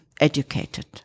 educated